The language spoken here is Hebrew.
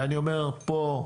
ואני אומר פה,